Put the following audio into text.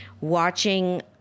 watching